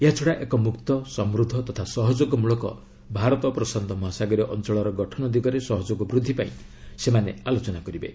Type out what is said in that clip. ଏହାଛଡ଼ା ଏକ ମୁକ୍ତ ସମୁଦ୍ଧ ତଥା ସହଯୋଗ ମୂଳକ ଭାରତ ପ୍ରଶାନ୍ତ ମହାସାଗରୀୟ ଅଞ୍ଚଳର ଗଠନ ଦିଗରେ ସହଯୋଗ ବୃଦ୍ଧି ପାଇଁ ସେମାନେ ଆଲୋଚନା କରିବେ